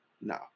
no